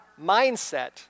mindset